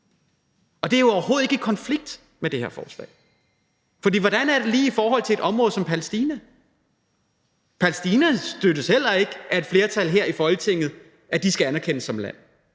og det er jo overhovedet ikke i konflikt med det her forslag. For hvordan er det lige i forhold til et område som Palæstina? Palæstina støttes heller ikke af et flertal her i Folketinget, altså at de skal anerkendes som land.